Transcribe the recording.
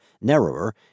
narrower